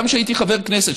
גם כשהייתי חבר כנסת,